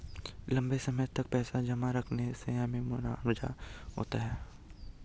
लंबे समय तक पैसे जमा रखने से हमें मुनाफा होता है